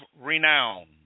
renown